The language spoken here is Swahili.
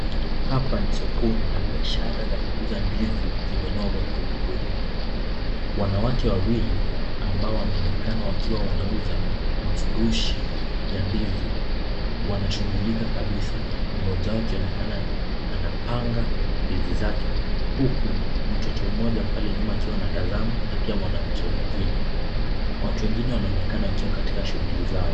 Hapa ni sokoni na biashara za kuuza ndizi zimenoga kwelikweli. Wanawake wawili ambao wanaonekana wakiwa wanauza mafurushi ya ndizi wanashughulika kabisa. Mmoja wao akionekana anapanga ndizi zake huku mtoto mmoja pale nyuma akiwa anatazama na pia mwanamke mwingine. Watu wengine wanaonekana wakiwa katika shughuli zao.